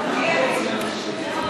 עניין מוסרי.